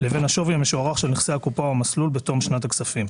לבין השווי המשוערך של נכסי הקופה או המסלול בתום שנת הכספים,